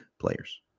players